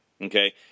Okay